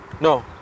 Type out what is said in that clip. No